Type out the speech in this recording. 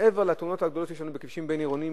מעבר לתאונות הגדולות שיש לנו בכבישים בין-עירוניים,